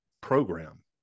program